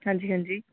ਹਾਂਜੀ ਹਾਂਜੀ